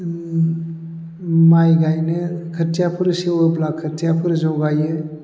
माइ गायनाय खोथियाफोर सेवोब्ला खोथियाफोर जगायो